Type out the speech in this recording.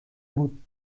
بود